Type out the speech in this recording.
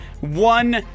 one